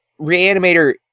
reanimator